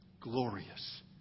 Glorious